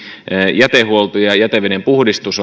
jätehuolto ja jätevedenpuhdistus